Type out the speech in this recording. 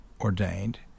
ordained